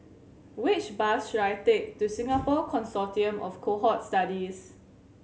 which bus should I take to Singapore Consortium of Cohort Studies